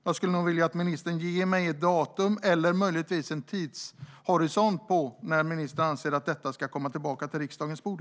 Jag skulle nog vilja att ministern ger mig ett datum eller i alla fall en tidshorisont när ministern anser att detta ska komma tillbaka till riksdagens bord.